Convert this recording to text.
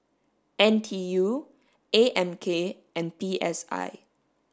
N T U A M K and P S I